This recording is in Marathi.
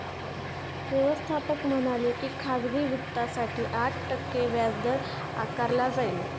व्यवस्थापक म्हणाले की खाजगी वित्तासाठी आठ टक्के व्याजदर आकारला जाईल